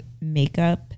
makeup